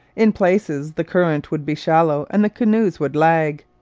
in places the current would be shallow and the canoes would lag.